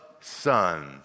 son